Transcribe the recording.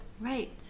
Right